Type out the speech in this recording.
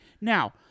Now